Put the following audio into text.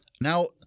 Now